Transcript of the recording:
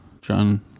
John